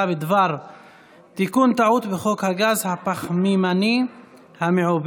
בדבר תיקון טעות בחוק הגז הפחמימני המעובה,